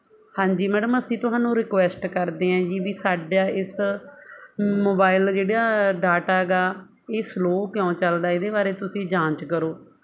ਹਾਂ ਜੀ ਮੈਡਮ ਅਸੀਂ ਤੁਹਾਨੂੰ ਰਿਕੁਐਸਟ ਕਰਦੇ ਹਾਂ ਜੀ ਵੀ ਸਾਡਾ ਇਸ ਮੋਬਾਈਲ ਜਿਹੜੀਆਂ ਡਾਟਾ ਗਾ ਇਹ ਸਲੋ ਕਿਉਂ ਚਲਦਾ ਇਹਦੇ ਬਾਰੇ ਤੁਸੀਂ ਜਾਂਚ ਕਰੋ